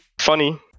Funny